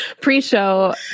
pre-show